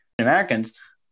Americans